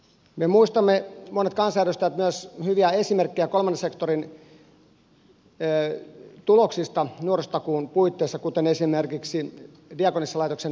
me monet kansanedustajat muistamme myös hyviä esimerkkejä kolmannen sektorin tuloksista nuorisotakuun puitteissa kuten esimerkiksi diakonissalaitoksen vamos projekti